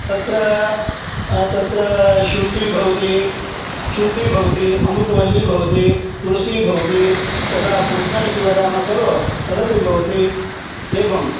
तत्र तत्र शुण्टी भवति शुण्टी भवति अमृतवल्ली भवति तुलसी भवति तदा पूजा इति वदामः खलु तदपि भवति एवं